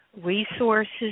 resources